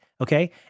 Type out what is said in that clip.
okay